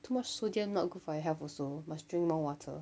too much sodium not good for your health also must drink more water